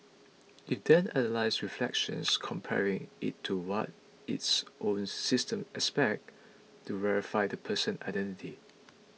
it then analyses reflections comparing it to what its own system expects to verify the person identity